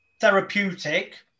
therapeutic